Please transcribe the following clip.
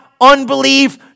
unbelief